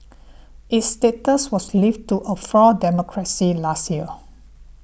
its status was lifted to a flawed democracy last year